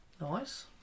Nice